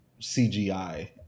CGI